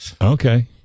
okay